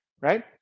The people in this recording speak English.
right